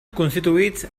constituïts